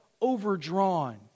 overdrawn